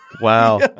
Wow